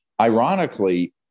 Ironically